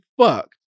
Fuck